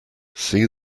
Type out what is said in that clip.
see